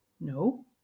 no